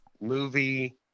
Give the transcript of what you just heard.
Movie